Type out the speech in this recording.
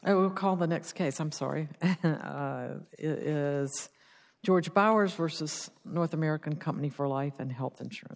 would call the next case i'm sorry if it's george powers versus north american company for life and health insurance